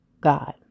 God